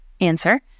Answer